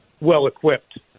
well-equipped